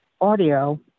audio